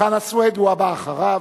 חנא סוייד הוא הבא אחריו,